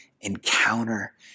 encounter